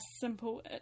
simple